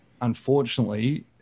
unfortunately